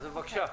בבקשה.